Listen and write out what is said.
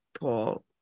Paul